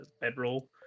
bedroll